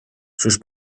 sus